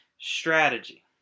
strategy